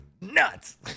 nuts